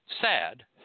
sad